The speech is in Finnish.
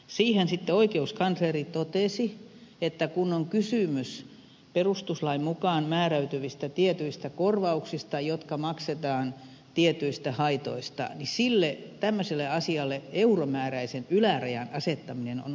siihen sitten oikeuskansleri totesi että kun on kysymys perustuslain mukaan määräytyvistä tietyistä korvauksista jotka maksetaan tietyistä haitoista niin tämmöiselle asialle euromääräisen ylärajan asettaminen on aika vaikea asia